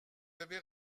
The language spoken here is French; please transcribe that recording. avez